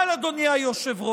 אבל, אדוני היושב-ראש,